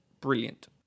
brilliant